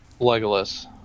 Legolas